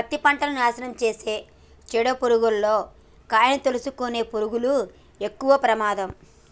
పత్తి పంటను నాశనం చేసే పీడ పురుగుల్లో కాయను తోలుసుకునే పురుగులు ఎక్కవ ప్రమాదం